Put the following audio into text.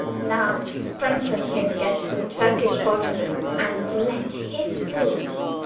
now strengthen him against the turkish bajazeth, and let his foes,